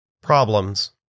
Problems